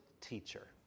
teacher